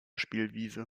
spielwiese